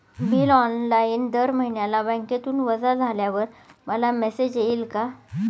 Bill online दर महिन्याला बँकेतून वजा झाल्यावर मला मेसेज येईल का?